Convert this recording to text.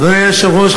אדוני היושב-ראש,